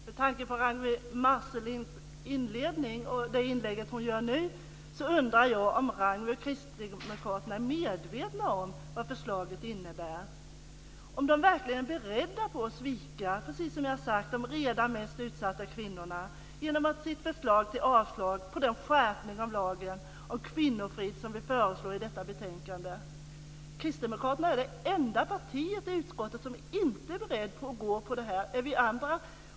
Herr talman! Med tanke på Ragnwi Marcelinds inledning och det inlägg hon gjorde nu, undrar jag om hon och Kristdemokraterna är medvetna om vad förslaget innebär. Är de verkligen beredda att svika de redan mest utsatta kvinnorna, precis som jag har sagt, genom sitt förslag till avslag på den skärpning av lagen om kvinnofrid som vi föreslår i detta betänkande? Kristdemokraterna är det enda partiet i utskottet som inte är berett att gå på det här.